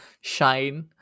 shine